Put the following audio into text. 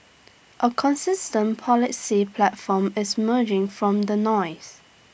A consistent policy platform is emerging from the noise